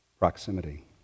Proximity